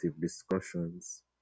discussions